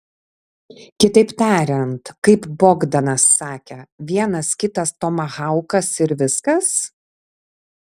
kitaip tariant kaip bogdanas sakė vienas kitas tomahaukas ir viskas